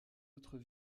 autres